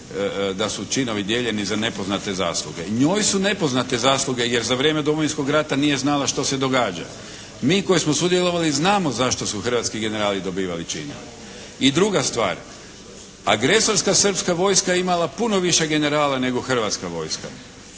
da su činovi dijeljeni za nepoznate zasluge. Njoj su nepoznate zasluge, jer za vrijeme Domovinskog rata nije znala što se događa. Mi koji smo sudjelovali, znamo zašto su hrvatski generali dobivali činove. I druga stvar. Agresorska srpska vojska je imala puno više generala nego Hrvatska vojska.